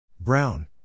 Brown